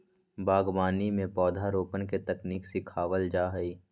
बागवानी में पौधरोपण के तकनीक सिखावल जा हई